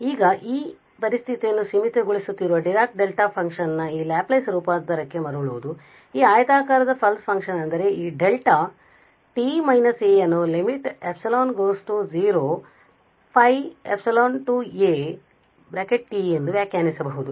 ಆದ್ದರಿಂದ ಈಗ ಪರಿಸ್ಥಿತಿಯನ್ನು ಸೀಮಿತಗೊಳಿಸುತ್ತಿರುವ ಡಿರಾಕ್ ಡೆಲ್ಟಾ ಫಂಕ್ಷನ್ ನ ಈ ಲ್ಯಾಪ್ಲೇಸ್ ರೂಪಾಂತರಕ್ಕೆ ಮರಳುವುದು ಈ ಆಯತಾಕಾರದ ಪಲ್ಸ್ ಫಂಕ್ಷನ್ ಅಂದರೆ ಈ δ t − a ಅನ್ನು 0a ಎಂದು ವ್ಯಾಖ್ಯಾನಿಸಬಹುದು